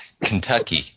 Kentucky